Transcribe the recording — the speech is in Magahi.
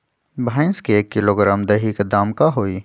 भैस के एक किलोग्राम दही के दाम का होई?